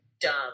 dumb